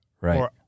Right